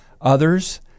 others